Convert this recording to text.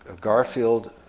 Garfield